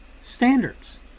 standards